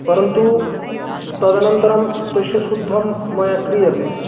परन्तु तदनन्तरं तस्य शुद्धं मया क्रियते